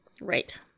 Right